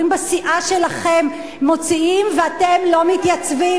בסיעה שלכם מוציאים ואתם לא מתייצבים.